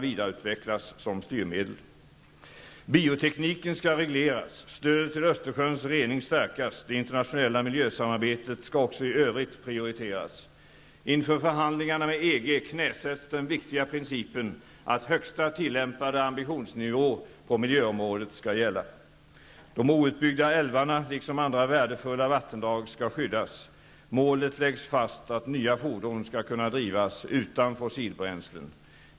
Biotekniken skall regleras. Stödet till Östersjöns rening skall stärkas. Det internationella miljösamarbetet skall också i övrigt prioriteras. Inför förhandlingarna med EG knäsätts den viktiga principen att högsta tillämpade ambitionsnivå på miljöområdet skall gälla. De outbyggda älvarna, liksom andra värdefulla vattendrag, skall skyddas. Målet läggs fast att nya fordon skall kunna drivas utan fossilbränslen.